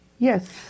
Yes